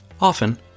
Often